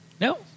No